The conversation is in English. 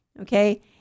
Okay